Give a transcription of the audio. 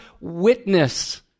witness